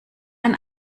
ein